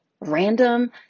random